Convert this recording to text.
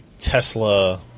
Tesla